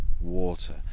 water